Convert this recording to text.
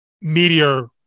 meteor